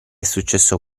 successo